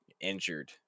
injured